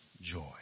joy